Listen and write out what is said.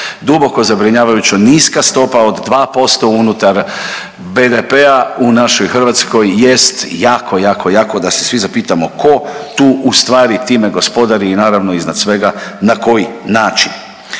Duboko zabrinjavajuća niska stopa od 2% unutar BDP-a u našoj Hrvatskoj jest jako, jako, jako da se svi zapitamo tko tu ustvari time gospodari i naravno iznad svega na koji način.